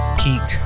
peak